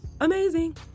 amazing